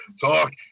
Talk